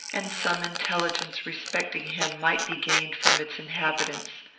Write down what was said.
and some intelligence respecting him might be gained from its inhabitants.